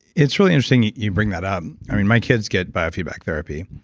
it's really interesting you bring that up. i mean, my kids get biofeedback therapy,